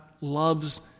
loves